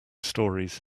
stories